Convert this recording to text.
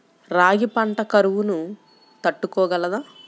రాగి పంట కరువును తట్టుకోగలదా?